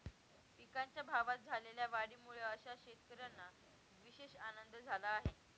पिकांच्या भावात झालेल्या वाढीमुळे अशा शेतकऱ्यांना विशेष आनंद झाला आहे